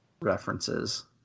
references